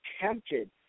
tempted